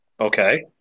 Okay